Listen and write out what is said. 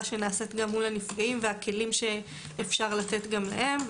שנעשית מול הנפגעים והכלים שניתן לתת גם להם.